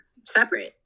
separate